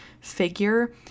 figure